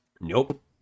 Nope